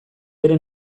bere